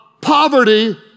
poverty